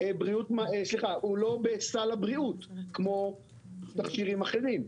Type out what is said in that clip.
הוא לא בסל הבריאות כמו תכשירים אחרים.